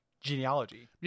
genealogy